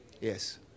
yes